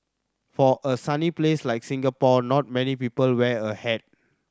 for a sunny place like Singapore not many people wear a hat